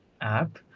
app